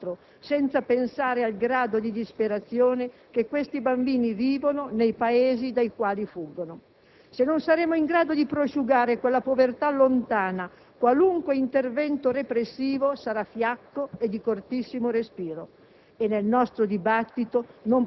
siano essi rom o altro, senza pensare al grado di disperazione che questi bambini vivono nei Paesi dai quali fuggono. Se non saremo in grado di prosciugare quella povertà lontana, qualunque intervento repressivo sarà fiacco e di cortissimo respiro.